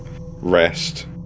rest